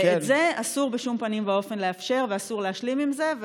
ואת זה אסור בשום פנים ואופן לאפשר ואסור להשלים עם זה,